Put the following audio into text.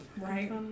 Right